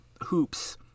hoops